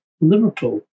Liverpool